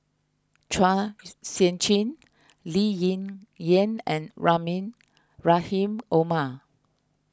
Chua Sian Chin Lee Ling Yen and Rahim Omar